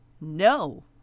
No